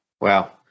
Wow